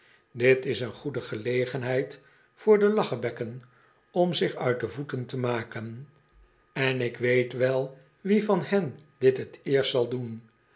dit is een goede gelegenheid voor delachebekkenom zich uit de voeten te maken en ik weet wel een reiziger die geen handel drijft wie van hen dit t eerst zal doen